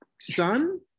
son